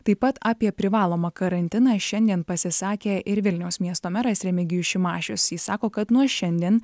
taip pat apie privalomą karantiną šiandien pasisakė ir vilniaus miesto meras remigijus šimašius jis sako kad nuo šiandien